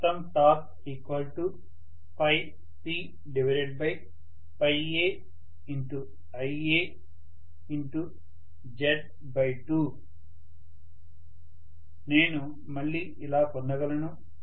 మొత్తం torque PaIaZ2 నేను మళ్ళీ ఇలా పొందగలను